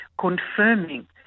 confirming